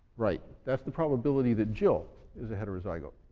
right. that's the probability that jill is a heterozygote,